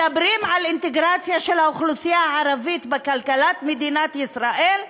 מדברים על אינטגרציה של האוכלוסייה הערבית בכלכלת מדינת ישראל?